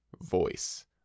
voice